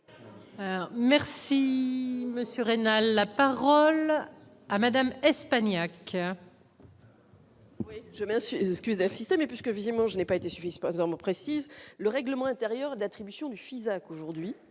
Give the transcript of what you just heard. Merci monsieur Raynal la parole à Madame Espagnac.